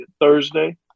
Thursday